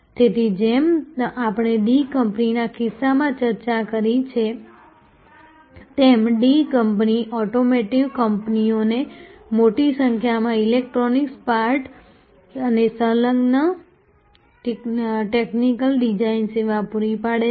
તેથી જેમ આપણે D કંપનીના કિસ્સામાં ચર્ચા કરી છે તેમ D કંપની ઓટોમોટિવ કંપનીઓને મોટી સંખ્યામાં ઈલેક્ટ્રોનિક પાર્ટ્સ અને સંલગ્ન ટેકનિકલ ડિઝાઇન સેવાઓ પૂરી પાડે છે